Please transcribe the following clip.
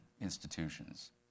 institutions